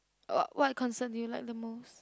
uh what concert do you like the most